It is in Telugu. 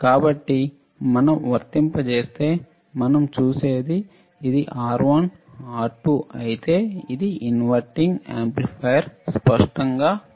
కాబట్టి మనం వర్తింపజేస్తే మనం చూసేది ఇది R1 R2 అయితే ఇది ఇన్వర్టింగ్ యాంప్లిఫైయర్ స్పష్టంగా కనపడుతుందా